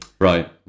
Right